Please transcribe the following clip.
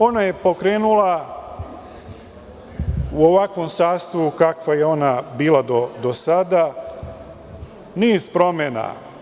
Ona je pokrenula u ovakvom sastavu kakva je ona bila do sada niz promena.